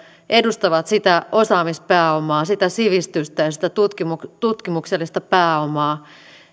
edustavat sitä osaamispääomaa sitä sivistystä ja ja sitä tutkimuksellista pääomaa